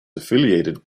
affiliated